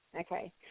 Okay